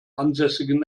ansässigen